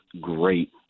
great